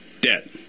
debt